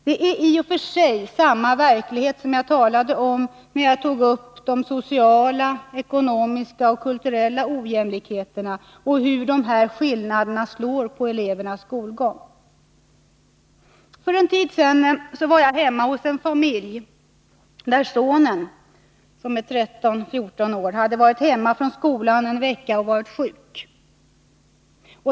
Det är i och för sig samma verklighet som jag talade om när jag tog upp de sociala, ekonomiska och kulturella ojämlikheterna och hur dessa skillnader slår igenom på elevernas skolgång. För en tid sedan var jag hemma hos en familj, där sonen, som är 13-14 år, hade varit hemma från skolan i en vecka på grund av att han varit sjuk.